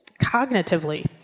cognitively